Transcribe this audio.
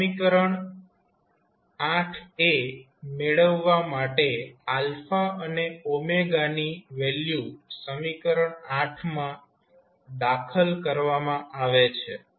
સમીકરણ મેળવવા માટે and ની વેલ્યુ સમીકરણ માં દાખલ કરવામાં આવે છે